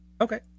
Okay